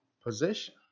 position